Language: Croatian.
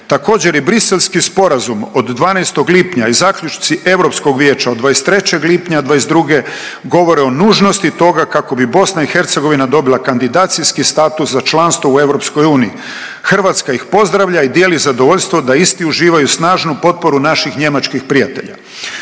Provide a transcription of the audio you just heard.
Također i Bruxelleski sporazum od 12. lipnja i zaključci Europskog vijeća od 23. lipnja 22. govore o nužnosti toga kako bi Bosna i Hercegovina dobila kandidacijski status za članstvo u Europskoj uniji. Hrvatska ih pozdravlja i dijeli zadovoljstvo da isti uživaju snažnu potporu naših njemačkih prijatelja.